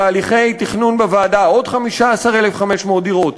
בתהליכי תכנון בוועדה עוד 15,500 דירות,